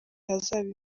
hazaba